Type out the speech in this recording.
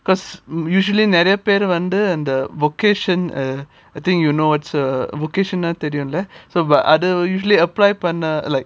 because usually நிறைய பேரு வந்து:neraya peru vandhu vocation uh I think you know it's uh vocation ஆ தெரியும்ல:a theriumla so but other usually apply பண்ண:panna like